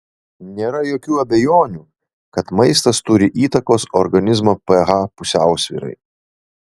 nėra jokių abejonių kad maistas turi įtakos organizmo ph pusiausvyrai